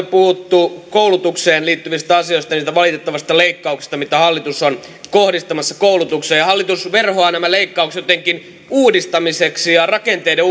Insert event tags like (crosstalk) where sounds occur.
(unintelligible) puhuttu koulutukseen liittyvistä asioista ja niistä valitettavista leikkauksista mitä hallitus on kohdistamassa koulutukseen hallitus verhoaa nämä leikkaukset jotenkin uudistamiseksi ja rakenteiden (unintelligible)